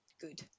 good